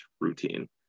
routine